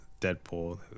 Deadpool